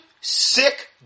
sick